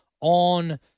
on